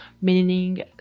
meaning